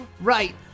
Right